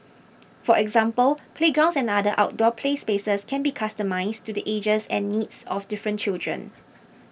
for example playgrounds and other outdoor play spaces can be customised to the ages and needs of different children